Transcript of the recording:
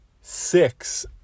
six